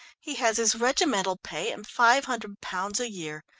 he has his regimental pay and five hundred pounds a year,